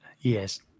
Yes